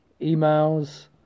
emails